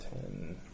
ten